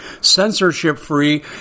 censorship-free